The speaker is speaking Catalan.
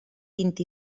vint